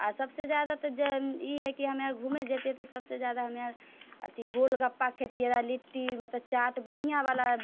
आओर सबसँ ज्यादा तऽ ई हइ हमे घुमै जेतिए तऽ सबसँ ज्यादा हमे अथी गोलगप्पा खएती लिट्टी चाट बढ़िआँवला